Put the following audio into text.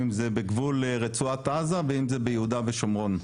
אם זה בגבול רצועת עזה ואם זה ביהודה ושומרון.